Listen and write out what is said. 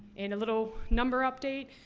and, little number update.